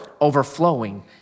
overflowing